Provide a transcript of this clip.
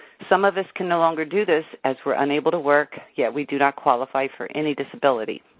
some of us can no longer do this, as we're unable to work, yet we do not qualify for any disability.